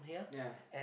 ya